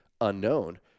unknown